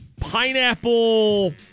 Pineapple